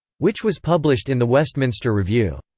which was published in the westminster review.